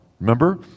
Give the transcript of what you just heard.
Remember